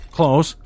Close